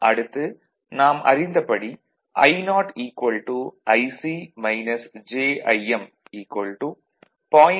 அடுத்து நாம் அறிந்தபடி I0 Ic jIm 0